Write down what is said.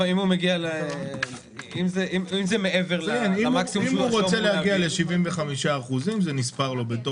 אם הוא רוצה להגיע ל-75%, זה נספר לו.